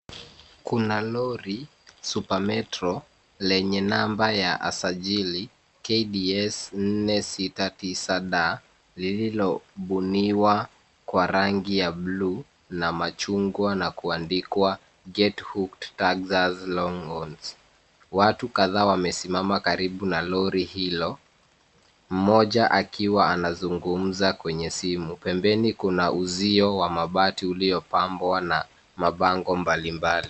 Kuna lori, Super Metro lenye namba ya usajili KDS-469D, lililobuniwa kwa rangi ya blue na machungwa na kuandikwa GetHooked Tags as Longhorns . Watu kadhaa wamesimama karibu na lori hilo, mmoja akiwa anazungumza kwenye simu. Pembeni kuna uzio wa mabati uliopambwa na mabango mbalimbali.